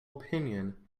opinion